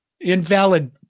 invalid